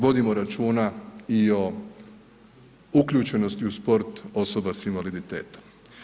Vodimo računa i o uključenosti u sport osoba sa invaliditetom.